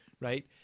right